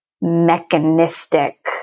mechanistic